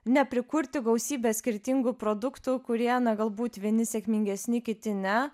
neprikurti gausybė skirtingų produktų kurie na galbūt vieni sėkmingesni kiti ne